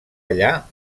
allà